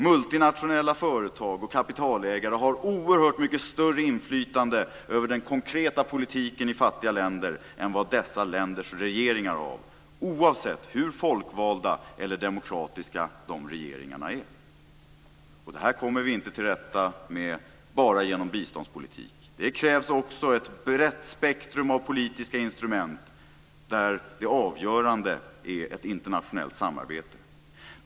Multinationella företag och kapitalägare har oerhört mycket större inflytande över den konkreta politiken i fattiga länder än vad dessa länders regeringar har oavsett hur folkvalda eller demokratiska regeringarna är. Det här kommer vi inte till rätta med bara genom biståndspolitik. Det krävs också ett brett spektrum av politiska instrument där det avgörande är ett internationellt samarbete.